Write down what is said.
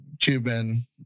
Cuban